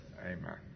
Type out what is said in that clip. Amen